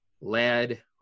lead